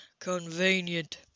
Convenient